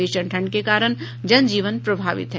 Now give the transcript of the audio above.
भीषण ठंड के कारण जनजीवन प्रभावित है